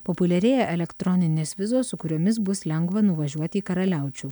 populiarėja elektroninės vizos su kuriomis bus lengva nuvažiuoti į karaliaučių